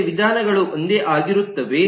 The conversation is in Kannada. ಮತ್ತೆ ವಿಧಾನಗಳು ಒಂದೇ ಆಗಿರುತ್ತವೆ